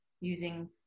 using